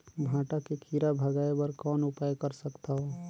भांटा के कीरा भगाय बर कौन उपाय कर सकथव?